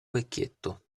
vecchietto